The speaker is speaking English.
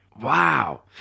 Wow